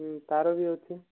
ତା'ର ବି ଅଛି